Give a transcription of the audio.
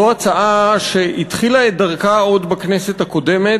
זו הצעה שהתחילה את דרכה עוד בכנסת הקודמת